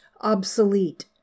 obsolete